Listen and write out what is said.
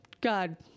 god